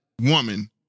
woman